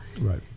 right